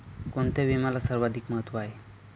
कोणता विम्याला सर्वाधिक महत्व आहे?